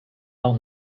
all